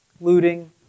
looting